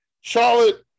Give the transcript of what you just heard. Charlotte